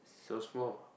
so small